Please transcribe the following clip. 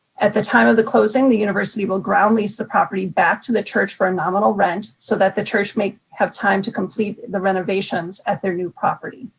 at the time of the closing the university will ground-lease the property back to the church for a nominal rent so that the church may have time to complete the renovations at their new property.